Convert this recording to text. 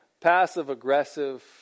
passive-aggressive